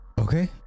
Okay